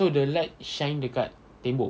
so the light shine dekat tembok